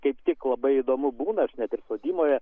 kaip tik labai įdomu būna aš net ir sodyboje